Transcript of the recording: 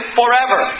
forever